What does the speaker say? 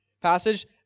passage